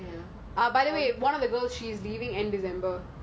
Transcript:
school again